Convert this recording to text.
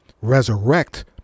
resurrect